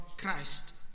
Christ